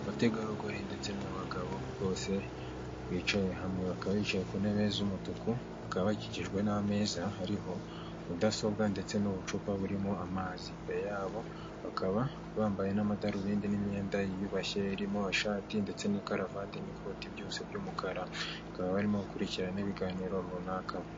Abategarugori ndetse n'abagabo bose bicaye hamwe bakaba bicaye ku ntebe z'umutuku bakaba bakikijwe n'ameza hariho mudasobwa ndetse n'ubucupa burimo amazi, imbere yabo bakaba bambaye n'amadarubindi n'imyenda yiyubashye irimo amashati ndetse n'ikaravati n'ikoti byose by'umukara bakaba barimo gukurikirana ibiganiro runaka.